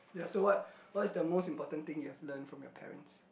ya so what what's the most important thing you have learned from your parents